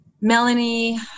Melanie